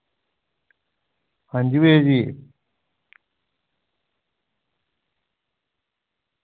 हां जी भैया जी